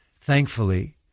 thankfully